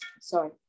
Sorry